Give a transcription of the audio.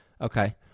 Okay